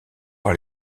par